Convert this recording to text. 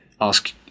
ask